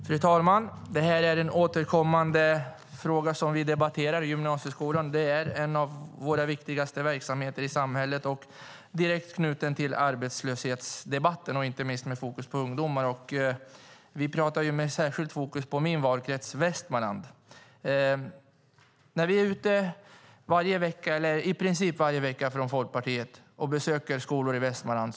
Fru talman! Gymnasieskolan är en återkommande fråga som vi debatterar. Det är en av våra viktigaste verksamheter i samhället, direkt knuten till arbetslöshetsdebatten, inte minst med fokus på ungdomar. Vi pratar med särskilt fokus på min valkrets, Västmanlands län. Från Folkpartiet är vi ute i princip varje vecka och besöker skolor i Västmanland.